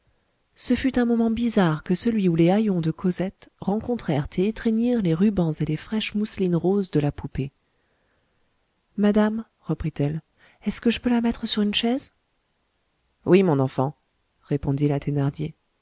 ce fut un moment bizarre que celui où les haillons de cosette rencontrèrent et étreignirent les rubans et les fraîches mousselines roses de la poupée madame reprit-elle est-ce que je peux la mettre sur une chaise oui mon enfant répondit la thénardier